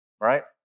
right